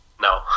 no